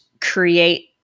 create